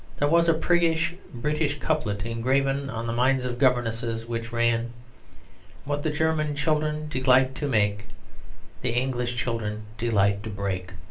there was a priggish british couplet, engraven on the minds of governesses, which ran what the german children delight to make the english children delight to break.